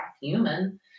human